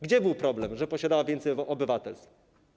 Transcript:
Gdzie był problem, że posiadała więcej obywatelstw?